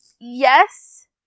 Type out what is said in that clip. yes